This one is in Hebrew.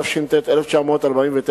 התש"ט 1949,